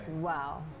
Wow